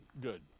Good